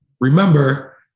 remember